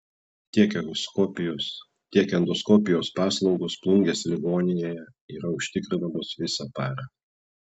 tiek echoskopijos tiek endoskopijos paslaugos plungės ligoninėje yra užtikrinamos visą parą